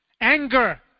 Anger